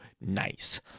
nice